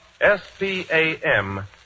S-P-A-M